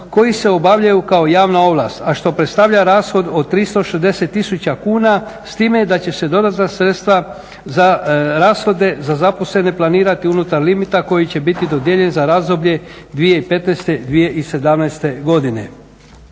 koji se obavljaju kao javna ovlast a što predstavlja rashod od 360 tisuća kuna s time da će se dodatna sredstva za rashode za zaposlene planirati unutar limita koji će biti dodijeljen za razdoblje 2015.-2017. godine.